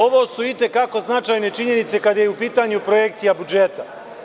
Ovo su i te kako značajne činjenice, kada je u pitanju projekcija budžeta.